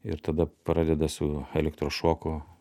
ir tada pradeda su elektros šoku